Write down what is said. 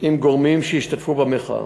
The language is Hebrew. עם גורמים שהשתתפו במחאה,